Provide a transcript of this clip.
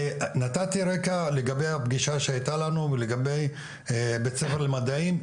אני נתתי רקע לגבי הפגישה שהייתה לנו ולגבי בית ספר למדעים,